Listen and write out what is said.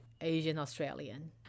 Asian-Australian